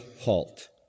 halt